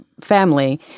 family